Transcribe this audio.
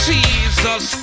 Jesus